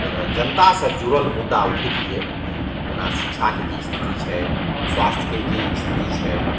जेना जनतासे जुड़ल मुद्दा उठेतिए जेना शिक्षाके कि इस्थिति छै स्वास्थ्यके कि इस्थिति छै